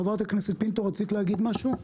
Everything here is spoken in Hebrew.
חברת הכנסת פינטו, רצית להגיד משהו?